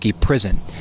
prison